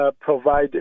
provide